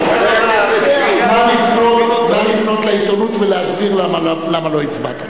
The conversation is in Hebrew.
נא לפנות לעיתונות ולהסביר למה לא הצבעת.